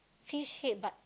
fish head but